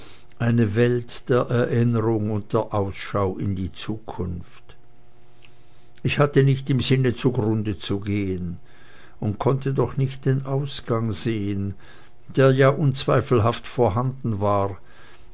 eine welt der erinnerung und der ausschau in die zukunft ich hatte nicht im sinne zugrunde zu gehen und konnte doch nicht den ausgang sehen der ja unzweifelhaft vorhanden war